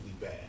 bad